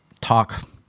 talk